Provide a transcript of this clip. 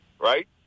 right